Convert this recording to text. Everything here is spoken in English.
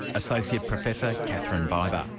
associate professor katherine biber